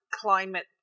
climate